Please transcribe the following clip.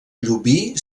llubí